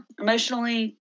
Emotionally